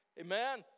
Amen